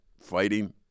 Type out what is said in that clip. fighting—